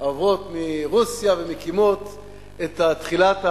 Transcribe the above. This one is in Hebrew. עוברות מרוסיה ומקימות את תחילת החקלאות,